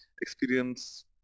experience